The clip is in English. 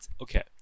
Okay